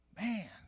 Man